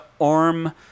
arm